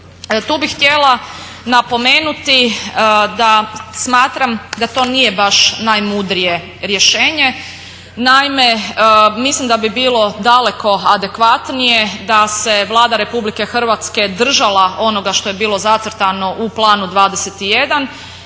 Tu bih htjela napomenuti da smatram da to nije baš najmudrije rješenje. Naime, mislim da bi bilo daleko adekvatnije da se Vlada RH držala onoga što je bilo zacrtano u Planu 21